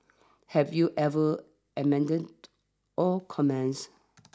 have you ever amendments or comments